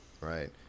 Right